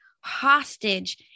hostage